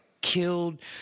killed